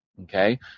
Okay